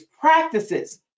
practices